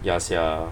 ya sia